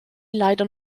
leider